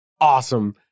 awesome